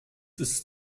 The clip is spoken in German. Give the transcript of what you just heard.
ist